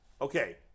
Okay